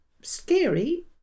scary